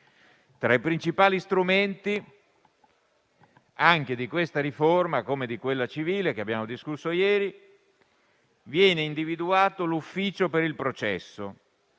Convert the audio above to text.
Tra i principali strumenti anche di questa riforma, come di quella civile, che abbiamo discusso ieri, viene individuato l'ufficio per il processo,